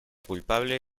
culpable